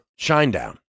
Shinedown